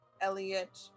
Elliot